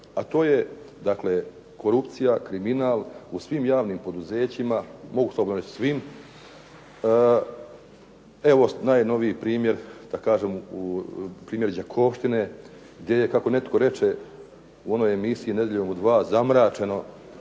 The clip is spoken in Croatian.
A to je korupcija i kriminal u javnim poduzećima, mogu slobodno reći svim. Evo najnoviji primjer da kažem primjer Đakovštine, gdje netko reče u ovoj emisiji „Nedjeljom u 2“ zamračeno